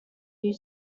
you